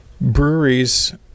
Breweries